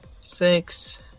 six